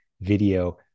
video